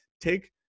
take